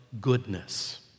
goodness